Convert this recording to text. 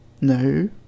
No